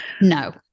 no